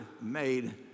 made